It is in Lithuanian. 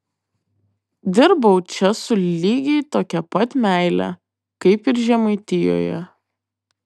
dirbau čia su lygiai tokia pat meile kaip ir žemaitijoje